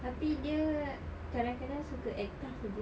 tapi dia kadang-kadang suka act tough jer